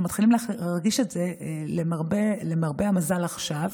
אנחנו מתחילים להרגיש את זה למרבה המזל עכשיו,